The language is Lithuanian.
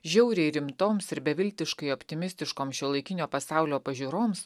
žiauriai rimtoms ir beviltiškai optimistiškoms šiuolaikinio pasaulio pažiūroms